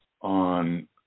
on